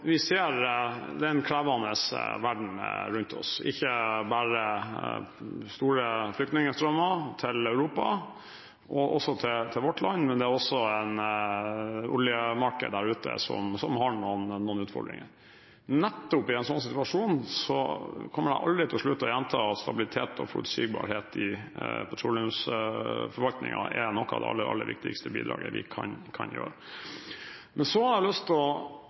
den krevende verden rundt oss, ikke bare store flyktningstrømmer til Europa og også til vårt land, men også et oljemarked der ute som har noen utfordringer. Nettopp i en sånn situasjon kommer jeg aldri til å slutte å gjenta at stabilitet og forutsigbarhet i petroleumsforvaltningen er noe av det aller, aller viktigste bidraget vi kan gjøre. Så har jeg lyst til å